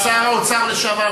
שר האוצר לשעבר,